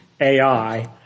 AI